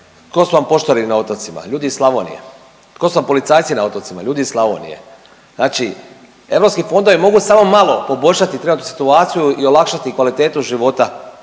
tko su vam poštari na otocima? Ljudi iz Slavonije. Tko su vam policajci na otocima? Ljudi iz Slavonije. Znači europski fondovi mogu samo malo poboljšati trenutnu situaciju i olakšati kvalitetu života